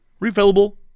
refillable